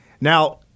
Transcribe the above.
Now